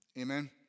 Amen